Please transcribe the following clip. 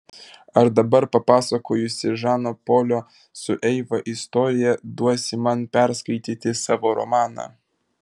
ar dabar papasakojusi žano polio su eiva istoriją duosi man perskaityti savo romaną